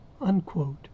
unquote